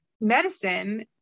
medicine